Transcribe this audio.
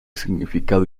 significado